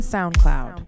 SoundCloud